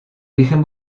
origen